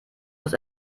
muss